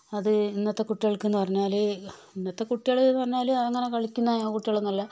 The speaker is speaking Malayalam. അത് ഇന്നത്തെ കുട്ടികൾക്കെന്നു പറഞ്ഞാൽ ഇന്നത്തെ കുട്ടികളെന്ന് പറഞ്ഞാൽ അത് അങ്ങനെ കളിക്കുന്ന കുട്ടികളൊന്നും അല്ല